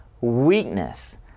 weakness